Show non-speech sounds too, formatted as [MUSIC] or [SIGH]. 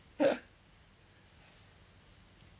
[LAUGHS]